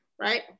right